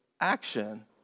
action